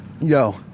Yo